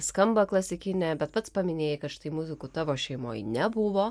skamba klasikinė bet pats paminėjai kad štai muzikų tavo šeimoj nebuvo